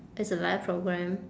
it's a live program